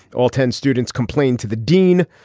all ten students complained to the dean.